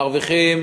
מרוויחים